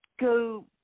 go